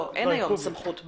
לא, אין היום סמכות בחוק.